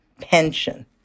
pension